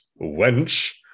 wench